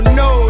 no